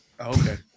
Okay